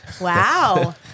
wow